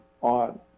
On